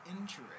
injury